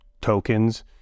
tokens